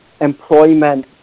employment